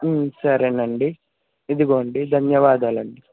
సరేనండి ఇదిగోండి ధన్యవాదాలండి